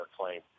claim